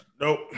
nope